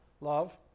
love